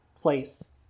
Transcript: place